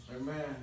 Amen